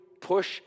push